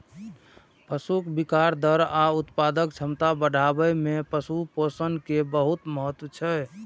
पशुक विकास दर आ उत्पादक क्षमता बढ़ाबै मे पशु पोषण के बहुत महत्व छै